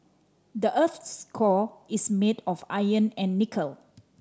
the earth's core is made of iron and nickel